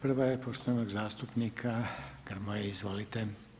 Prva je poštovanog zastupnika Grmoje, izvolite.